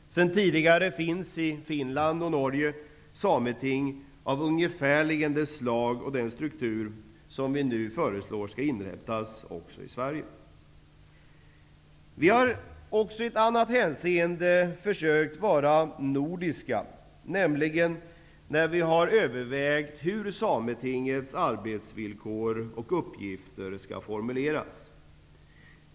Sedan tidigare finns i Finland och Norge sameting av ungefärligen det slag och den struktur som vi nu föreslår skall inrättas också i Sverige. Vi har också i ett annat hänseende försökt vara nordiska, nämligen när vi har övervägt hur Sametingets arbetsvillkor och uppgifter skall formuleras.